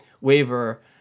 waiver